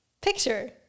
picture